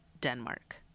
Denmark